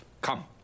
Come